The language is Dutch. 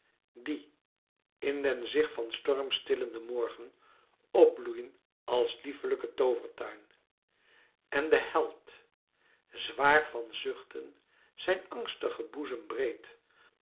die in den zich van storm stillenden morgen op bloeiden als lieflijke toovertuin en de held zwaar van zuchten zijn angstige boezem breed